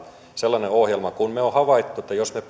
sellainen ohjelma me olemme havainneet että me